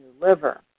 liver